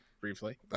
briefly